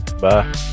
bye